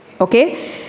Okay